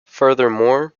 furthermore